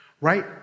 right